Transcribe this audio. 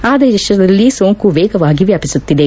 ಆ ದೇಶದಲ್ಲಿ ಸೋಂಕು ವೇಗವಾಗಿ ವ್ಲಾಪಿಸುತ್ತಿದೆ